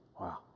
Wow